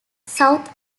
south